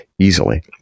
easily